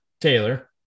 Taylor